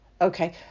Okay